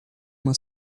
uma